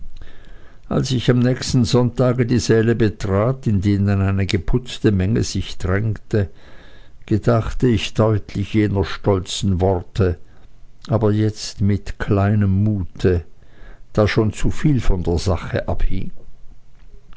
als ich am nächsten sonntage die säle betrat in denen eine geputzte menge sich drängte gedachte ich deutlich jener stolzen worte aber jetzt mit kleinem mute da schon zuviel von der sache abhing